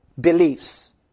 beliefs